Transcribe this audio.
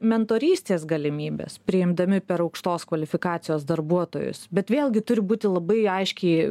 mentorystės galimybes priimdami per aukštos kvalifikacijos darbuotojus bet vėlgi turi būti labai aiškiai